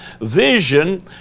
vision